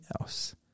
else